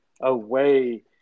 away